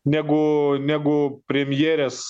negu negu premjerės